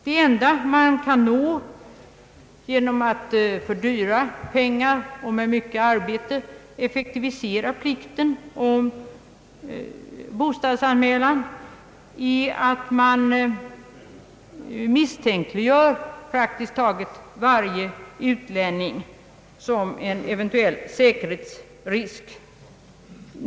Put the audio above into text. Det enda man kan nå genom att för dyra pengar och med mycket arbete effektivisera plikten om bostadsanmälan är att misstänkliggöra praktiskt taget varje utlänning som en eventuell säkerhetsrisk.